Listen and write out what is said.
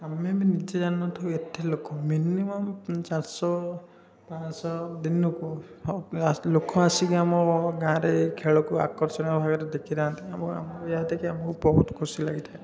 ଆମେ ବି ନିଜେ ଜାଣି ନଥିବୁ ଏତେ ଲୋକ ମିନିମମ୍ ଚାରିଶହ ପାଞ୍ଚଶହ ଦିନକୁ ଲୋକ ଆଉ ଲୋକ ଆସିକି ଆମ ଗାଁରେ ଖେଳକୁ ଆକର୍ଷଣୟ ଭାବେ ଦେଖିଥାନ୍ତି ଏବଂ ଏମିତିକି ଆମକୁ ବହୁତ୍ ଖୁସି ଲାଗିଥାଏ